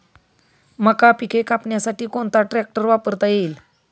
मका पिके कापण्यासाठी कोणता ट्रॅक्टर वापरता येईल?